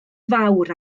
fawr